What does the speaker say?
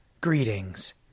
Greetings